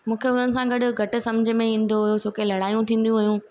मूंखे हुननि सां गॾु घटि सम्झि में ईंदो हुयो छो के लड़ायूं थींदियूं हुयूं